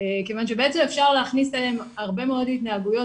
כיוון שבעצם אפשר להכניס אליהן הרבה מאוד התנהגויות